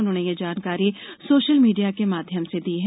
उन्होंने यह जानकारी सोशल मीडिया के माध्यम से दी है